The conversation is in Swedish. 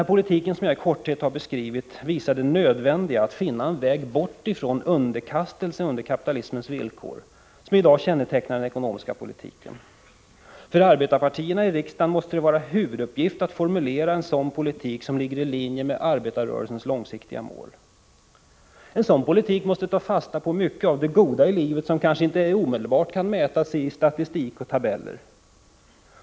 ; Den politik som jag i korthet har beskrivit visar det nödvändiga i att finna en väg bort från den underkastelse under kapitalismens villkor som i dag kännetecknar den ekonomiska politiken. För arbetarpartierna i riksdagen måste det vara en huvuduppgift att formulera en politik som ligger i linje med arbetarrörelsens långsiktiga mål. En sådan politik måste ta fasta på mycket av det goda i livet som kanske inte omedelbart kan mätas i statistik och tabeller.